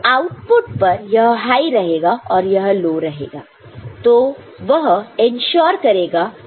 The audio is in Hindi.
तो आउटपुट पर यह हाई रहेगा और यह लो रहेगा तो वह इंश्योर करेगा कि दोनों ही ऑफ है